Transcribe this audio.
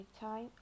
time